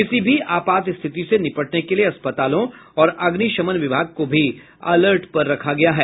किसी भी आपात स्थिति से निपटने के लिए अस्पतालों और अग्निशमन विभाग को भी अलर्ट पर रखा गया है